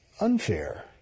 unfair